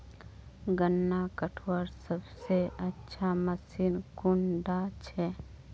गन्ना कटवार सबसे अच्छा मशीन कुन डा छे?